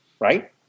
right